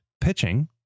pitching